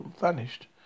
vanished